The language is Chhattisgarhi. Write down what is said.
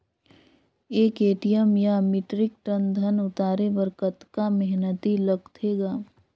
एक एम.टी या मीट्रिक टन धन उतारे बर कतका मेहनती लगथे ग?